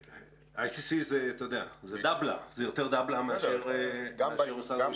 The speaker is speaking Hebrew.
ICC זה דבלה, זה יותר דבלה מאשר משרד המשפטים.